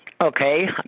Okay